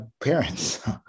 parents